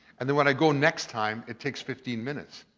and then when i go next time, it takes fifteen minutes.